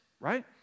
right